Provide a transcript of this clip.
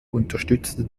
unterstützte